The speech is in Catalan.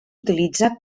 utilitza